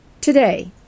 Today